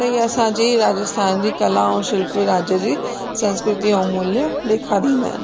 त ईअं असांजी राजस्थान जी कला ऐं शिल्प राज्य जी संस्कृती ऐं मूल्य ॾेखारींदा आहिनि